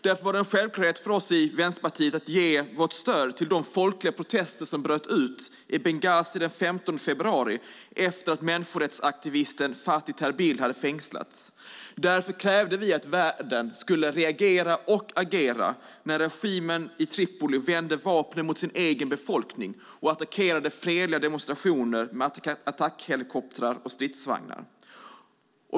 Därför var det en självklarhet för oss i Vänsterpartiet att ge vårt stöd till de folkliga protester som bröt ut i Benghazi den 15 februari efter det att människorättsaktivisten Fathi Terbil hade fängslats. Därför krävde vi att världen skulle reagera och agera när regimen i Tripoli vände vapnen mot sin egen befolkning och attackerade fredliga demonstrationer med attackhelikoptrar och stridsvagnar.